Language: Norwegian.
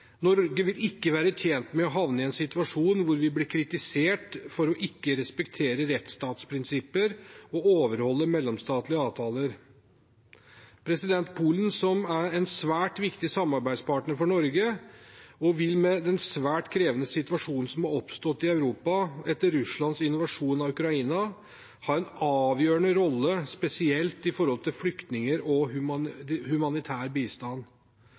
Norge vil ikke være tjent med å havne i en situasjon hvor vi blir kritisert for ikke å respektere rettsstatsprinsipper og overholde mellomstatlige avtaler. Polen, som er en svært viktig samarbeidspartner for Norge, vil med den svært krevende situasjonen som har oppstått i Europa etter Russlands invasjon av Ukraina, ha en avgjørende rolle, spesielt med hensyn til flyktninger og humanitær bistand.